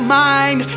mind